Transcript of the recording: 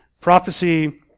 Prophecy